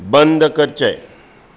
बंद करचें